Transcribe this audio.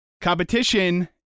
competition